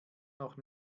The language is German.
noch